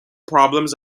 problems